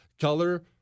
color